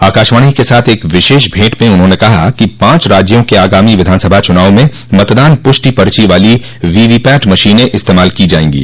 आकाशवाणी के साथ एक विशेष भेंट में उन्होंने कहा कि पांच राज्यों के आगामी विधानसभा चुनाव में मतदान पुष्टि पर्ची वाली वीवीपैट मशीनें इस्तेमाल की जाएंगी